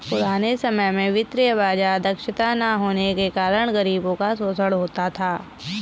पुराने समय में वित्तीय बाजार दक्षता न होने के कारण गरीबों का शोषण होता था